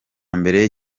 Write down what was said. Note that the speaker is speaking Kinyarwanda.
mbere